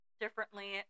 differently